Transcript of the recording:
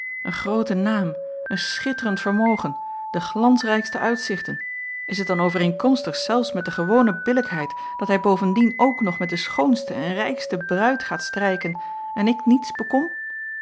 een grooten naam een schitterend vermogen de glansrijkste uitzichten is het dan overeenkomstig zelfs met de gewone billijkheid dat hij bovendien ook nog met de schoonste en rijkste bruid gaat strijken en ik niets bekom